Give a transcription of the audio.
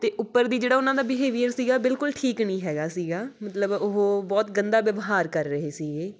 ਅਤੇ ਉੱਪਰ ਦੀ ਜਿਹੜਾ ਉਹਨਾਂ ਦਾ ਬਿਹੇਵੀਅਰ ਸੀਗਾ ਬਿਲਕੁਲ ਠੀਕ ਨਹੀਂ ਹੈਗਾ ਸੀਗਾ ਮਤਲਬ ਉਹ ਬਹੁਤ ਗੰਦਾ ਵਿਵਹਾਰ ਕਰ ਰਹੇ ਸੀਗੇ